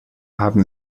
haben